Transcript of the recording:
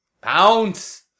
Pounce